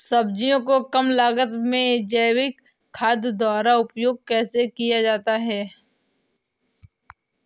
सब्जियों को कम लागत में जैविक खाद द्वारा उपयोग कैसे किया जाता है?